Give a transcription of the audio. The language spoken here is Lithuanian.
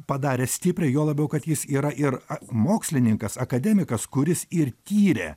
padarė stiprią juo labiau kad jis yra ir mokslininkas akademikas kuris ir tyrė